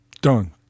Done